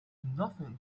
nothing